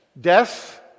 death